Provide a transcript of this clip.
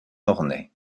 mornay